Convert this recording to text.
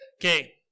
Okay